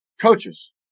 coaches